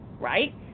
right